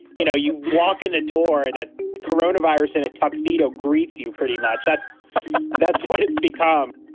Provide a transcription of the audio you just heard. you know, you walk in the door and a corona virus in a tuxedo greets you pretty much that's that's what it's become